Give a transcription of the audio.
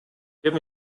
give